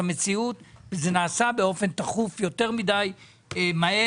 זאת המציאות, וזה נעשה באופן תכוף, יותר מדי מהר.